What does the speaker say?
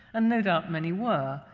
and no doubt many were,